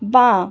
বাঁ